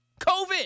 COVID